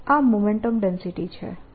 તો આ momentum density છે